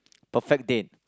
perfect date